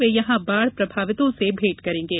वे यहां बाढ़ प्रभावितों से भेंट करेंगे